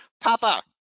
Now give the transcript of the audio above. Papa